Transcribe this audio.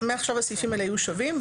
מעכשיו הסעיפים האלה יהיו שווים.